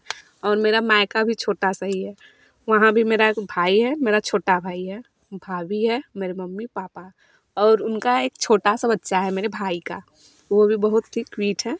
और मेरा मायका भी छोटा सा ही है वहाँ भी मेरा एक भाई है मेरा छोटा भाई है भाभी है मेरे मम्मी पापा और उनका एक छोटा सा बच्चा है मेरे भाई का वह भी बहुत ही क्वीट है